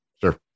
Sure